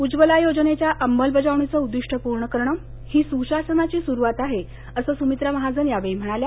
उज्ज्वला योजनेच्या अंमलबजावणीचं उदिदृष्ट पूर्ण करणं ही सुशासनाची सुरुवात आहे असं सुमित्रा महाजन यावेळी म्हणाल्या